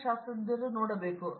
ಪ್ರತಾಪ್ ಹರಿಡೋಸ್ ಸರಿ